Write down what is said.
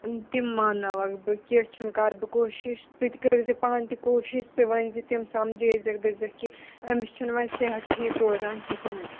تِم مانناوَکھ بہٕ کیٚنٛہہ چھُنہٕ کَرٕ بہٕ کوٗشِش ژٕ تہِ کٔرۍ زِ پانہٕ تہِ کوٗشِش ژٕ ؤنۍزِ تِم سَمجٲیزٮ۪کھ دٔپۍزٮ۪کھ کہِ أمِس چھُنہٕ وۄنۍ صحت ٹھیٖک روزان کِہیٖنۍ نہٕ